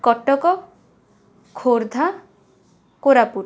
Cuttack Khordha Koraput